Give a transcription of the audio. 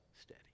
steady